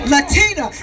Latina